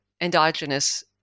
endogenous